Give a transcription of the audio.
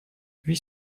huit